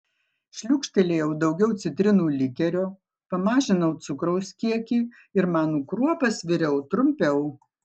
šliūkštelėjau daugiau citrinų likerio pamažinau cukraus kiekį ir manų kruopas viriau trumpiau